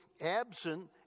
absent